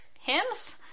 hymns